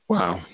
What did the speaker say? Wow